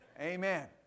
Amen